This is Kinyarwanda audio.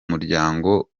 muryango